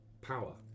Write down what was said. power